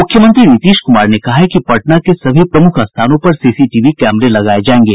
मुख्यमंत्री नीतीश कुमार ने कहा है कि पटना के सभी प्रमुख स्थानों पर सीसीटीवी कैमरे लगाये जायेंगे